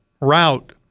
route